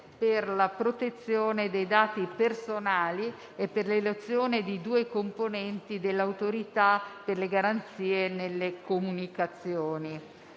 per la protezione dei dati personali e di due componenti dell'Autorità per le garanzie nelle comunicazioni.